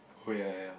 oh ya ya ya